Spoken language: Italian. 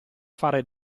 fare